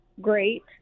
great